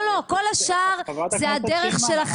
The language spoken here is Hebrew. חברת הכנסת סילמן,